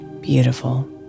Beautiful